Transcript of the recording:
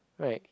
right